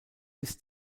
bis